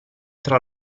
tra